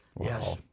Yes